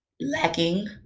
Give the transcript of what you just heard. lacking